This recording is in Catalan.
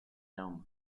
jaume